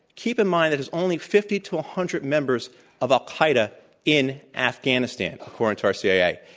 keep in mind it is only fifty to a hundred members of al-qaeda in afghanistan, according to our cia.